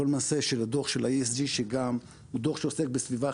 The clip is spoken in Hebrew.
כל הנושא של הדוח של ה-ESG שהוא דוח שעוסק בסביבה,